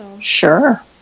Sure